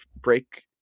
break